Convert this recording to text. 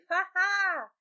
Ha-ha